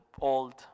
old